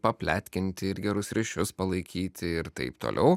papletkinti ir gerus ryšius palaikyti ir taip toliau